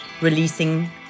releasing